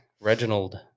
Reginald